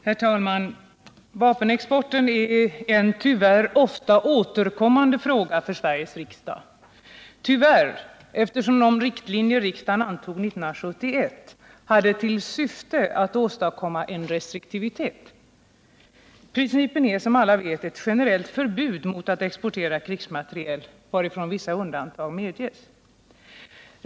Herr talman! Frågan om vapenexporten är tyvärr en ofta återkommande fråga för Sveriges riksdag — tyvärr, eftersom de riktlinjer riksdagen antog 1971 hade till syfte att åstadkomma en restriktivitet. Principen är som alla vet ett generellt förbud mot att exportera krigsmateriel, varifrån vissa undantag medges.